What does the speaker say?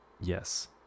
Yes